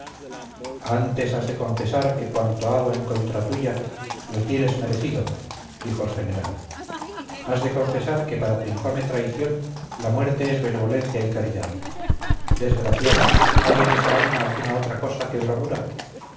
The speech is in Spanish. has de confesar que cuanto hago en contra tuya lo tienes merecido dijo el general has de confesar que para tu infame traición la muerte es benevolencia y caridad desgraciado hay en esa alma alguna otra cosa que bravura